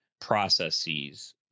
processes